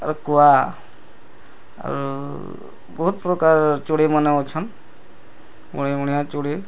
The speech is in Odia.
ଆର୍ କୁଆ ଆରୁ ବହୁତ୍ ପ୍ରକାର ଚଢ଼େଇମାନ୍ ଅଛନ୍ ବଣିବଣିଆ ଚଢ଼େଇ